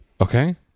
Okay